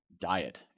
diet